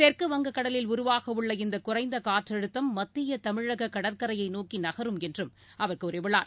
தெற்கு வங்கக் கடலில் உருவாகவுள்ள இந்த குறைந்த காற்றழுத்தம் மத்திய தமிழக கடற்கரையை நோக்கி நகரும் என்றும் அவர் கூறியுள்ளார்